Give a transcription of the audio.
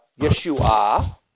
Yeshua